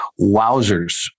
wowzers